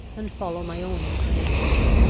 and follow my own inclinations.